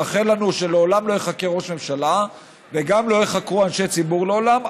מאחל לנו שלעולם לא ייחקר ראש ממשלה וגם לא ייחקרו אנשי ציבור לעולם,